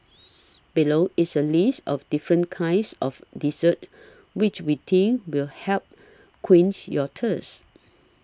below is a list of different kinds of desserts which we think will help quench your thirst